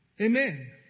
Amen